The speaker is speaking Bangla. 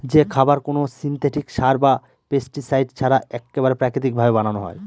যে খাবার কোনো সিনথেটিক সার বা পেস্টিসাইড ছাড়া এক্কেবারে প্রাকৃতিক ভাবে বানানো হয়